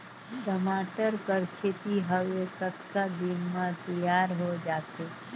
टमाटर कर खेती हवे कतका दिन म तियार हो जाथे?